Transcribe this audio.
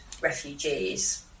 refugees